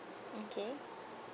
okay